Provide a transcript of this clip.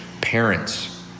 parents